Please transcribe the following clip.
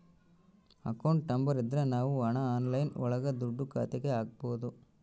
account number ಇದ್ರ ನಾವ್ ಹಣ ಆನ್ಲೈನ್ ಒಳಗ ದುಡ್ಡ ಖಾತೆಗೆ ಹಕ್ಬೋದು